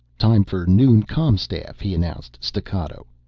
time for noon com-staff, he announced staccato.